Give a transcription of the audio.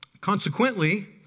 Consequently